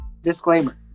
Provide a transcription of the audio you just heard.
Disclaimer